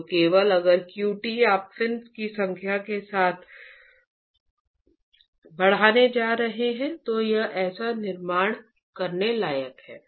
तो केवल अगर qt आप फिन की संख्या के साथ बढ़ने जा रहे हैं तो यह ऐसा निर्माण करने लायक है